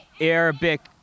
Arabic